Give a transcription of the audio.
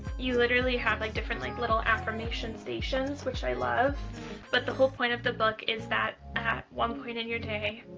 you literally have like different like little affirmation stations which i love but the whole point of the book is that at one point in your day,